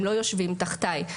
הם לא יושבים תחתיי.